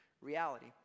reality